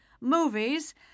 movies